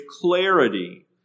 clarity